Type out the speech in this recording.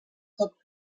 tot